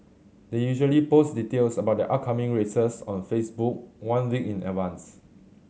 they usually post details about their upcoming races on Facebook one week in advance